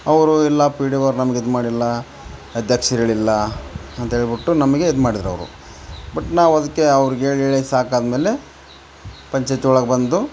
ಅವರು ಇಲ್ಲ P D O ನಮ್ಗೆ ಇದು ಮಾಡಿಲ್ಲ ಅಧ್ಯಕ್ಷರು ಹೇಳಿಲ್ಲ ಅಂತೇಳ್ಬಿಟ್ಟು ನಮಗೆ ಇದು ಮಾಡಿದ್ರು ಅವರು ಬಟ್ ನಾವು ಅದ್ಕೇ ಅವ್ರಿಗೆ ಹೇಳ್ ಹೇಳಿ ಸಾಕಾದ್ಮೇಲೆ ಪಂಚಾಯ್ತಿ ಒಳಗೆ ಬಂದು